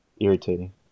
irritating